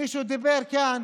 מישהו דיבר כאן